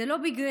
זה לא בגדר